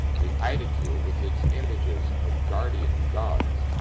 the aedicule, with its images of guardian gods,